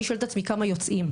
אני שואלת את עצמי כמה יוצאים.